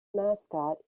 mascot